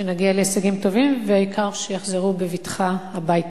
שנגיע להישגים טובים, והעיקר שיחזרו בבטחה הביתה.